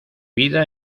vida